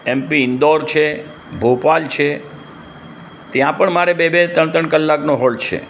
MP Indore છે ભોપાલ છે ત્યાં પણ મારે બે બે ત્રણ ત્રણ કલાકનો હોલ્ટ છે